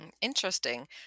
Interesting